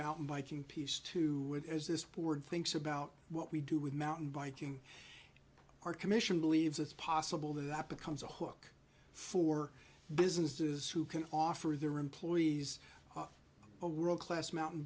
mountain biking piece to it as this board thinks about what we do with mountain biking our commission believes it's possible that becomes a hook for businesses who can offer their employees a world class mountain